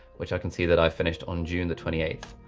which i can see that i finished on june the twenty eighth,